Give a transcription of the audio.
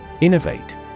Innovate